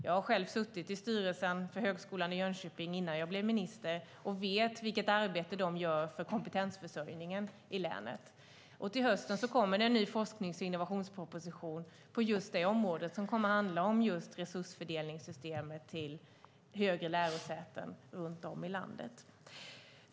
Jag har själv suttit i styrelsen för Högskolan i Jönköping innan jag blev minister och vet vilket arbete de gör för kompetensförsörjningen i länet. Till hösten kommer det en ny forsknings och innovationsproposition på detta område, som kommer att handla om just resursfördelningssystemet till högre lärosäten runt om i landet.